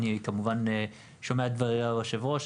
אני כמובן שומע את דברי היושב-ראש.